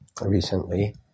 recently